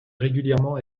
régulièrement